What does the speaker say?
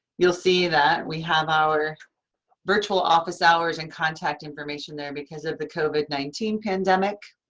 you'll see that we have our virtual office hours and contact information there because of the covid nineteen pandemic.